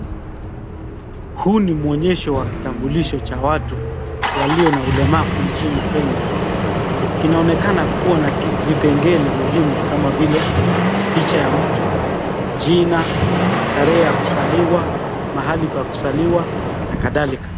Huu ni mwonyesho wa kitambulisho cha watu walio na ulemavu nchini kenya. Kinaonekana kuwa na vipengele muhimu kama vile picha ya mtu, jina tarehe ya kuzaliwa, tarehe ya kuzaliwa na kadhalika.